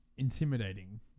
intimidating